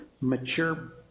mature